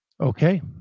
okay